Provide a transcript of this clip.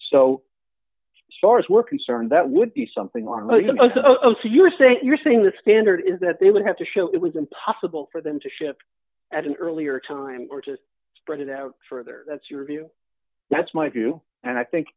so far as we're concerned that would be something wrong but you know so you're saying you're saying the standard is that they would have to show it was impossible for them to ship at an earlier time which is spread it out further that's your view that's my view and i think